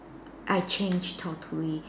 I changed totally